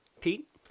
Pete